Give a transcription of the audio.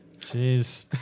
Jeez